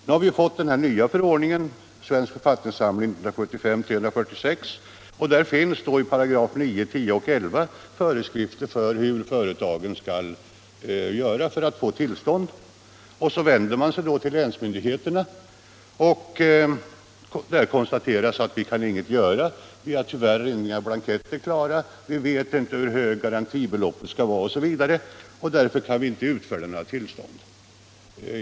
Nu har vi fått en ny förordning, SFS 1975:346, och där finns i 9, 10 och 11 8§ föreskrifter om hur företag skall göra för att få tillstånd. När man så vänder sig till länsmyndigheterna konstaterar de att de inte kan göra något, att de tyvärr inte har några blanketter klara, att de inte vet hur högt garantibeloppet skall vara osv. och att de därför inte kan utfärda några tillstånd.